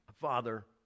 Father